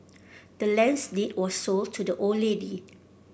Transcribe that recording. the land's deed was sold to the old lady